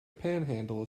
panhandle